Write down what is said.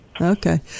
Okay